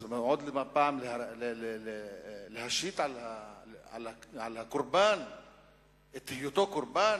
מה, עוד פעם להשית על הקורבן את היותו קורבן?